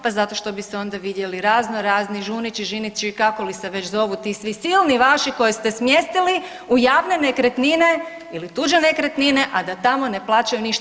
Pa zato što bi se onda vidjeli razno razni Žunići, Žinići kako li se već zovu ti svi silni vaši koje ste smjestili u javne nekretnine ili tuđe nekretnine a da tamo ne plaćaju ništa.